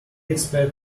expect